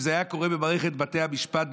אם זה היה קורה במערכת בתי המשפט,